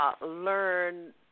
Learn